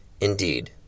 Indeed